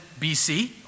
BC